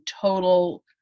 total